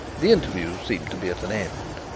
the interview seemed to be at an end.